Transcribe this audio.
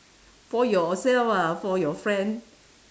for yourself ah for your friend